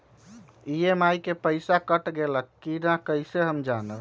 EMI के पईसा कट गेलक कि ना कइसे हम जानब?